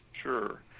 Sure